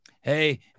Hey